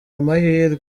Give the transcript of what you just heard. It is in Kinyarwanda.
amahirwe